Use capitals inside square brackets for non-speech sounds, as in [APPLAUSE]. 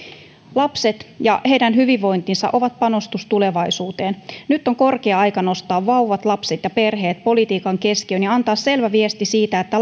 lapset ja heidän hyvinvointinsa ovat panostus tulevaisuuteen nyt on korkea aika nostaa vauvat lapset ja perheet politiikan keskiöön ja antaa selvä viesti siitä että [UNINTELLIGIBLE]